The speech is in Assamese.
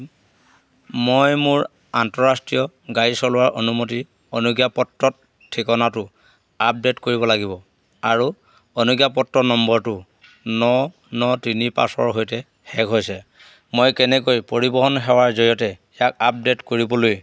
মই মোৰ আন্তঃৰাষ্ট্ৰীয় গাড়ী চলোৱাৰ অনুমতি অনুজ্ঞাপত্ৰত ঠিকনাটো আপডে'ট কৰিব লাগিব আৰু অনুজ্ঞাপত্ৰ নম্বৰটো ন ন তিনি পাঁচৰ সৈতে শেষ হৈছে মই কেনেকৈ পৰিবহণ সেৱাৰ জৰিয়তে ইয়াক আপডে'ট কৰিবলৈ